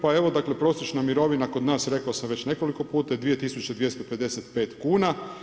Pa evo prosječna mirovina kod nas rekao sam već nekoliko puta je 2255 kuna.